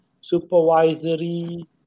supervisory